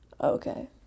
Okay